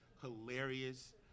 hilarious